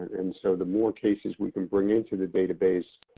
and so the more cases we can bring into the database,